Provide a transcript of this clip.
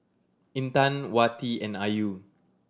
Intan Wati and Ayu